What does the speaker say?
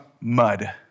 mud